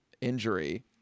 injury